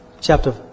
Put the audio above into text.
chapter